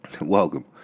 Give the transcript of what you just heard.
Welcome